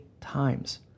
times